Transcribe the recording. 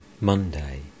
Monday